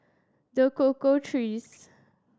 The Cocoa Trees